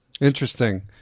Interesting